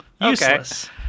Useless